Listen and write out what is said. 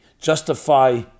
justify